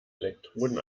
elektroden